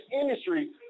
industry